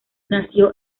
nació